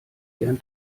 gern